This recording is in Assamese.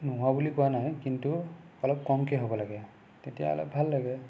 নোহোৱা বুলি কোৱা নাই কিন্তু অলপ কমকে হ'ব লাগে তেতিয়া অলপ ভাল লাগে